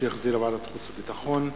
שהחזירה ועדת החוץ והביטחון,